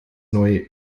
neue